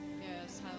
Yes